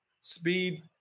speed